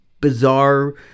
bizarre